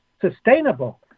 sustainable